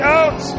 out